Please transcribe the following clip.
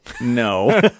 No